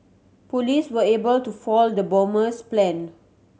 police were able to foil the bomber's plan